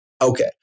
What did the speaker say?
Okay